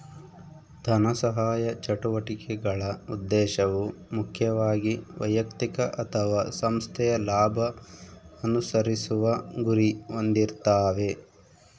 ಧನಸಹಾಯ ಚಟುವಟಿಕೆಗಳ ಉದ್ದೇಶವು ಮುಖ್ಯವಾಗಿ ವೈಯಕ್ತಿಕ ಅಥವಾ ಸಂಸ್ಥೆಯ ಲಾಭ ಅನುಸರಿಸುವ ಗುರಿ ಹೊಂದಿರ್ತಾವೆ